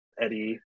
Eddie